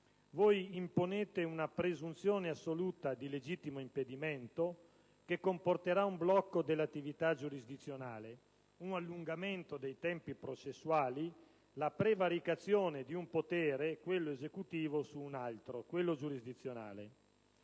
Voi imponete una presunzione assoluta di legittimo impedimento che comporterà un blocco dell'attività giurisdizionale, un allungamento dei tempi processuali, la prevaricazione di un potere - quello Esecutivo - su un altro, quello giurisdizionale.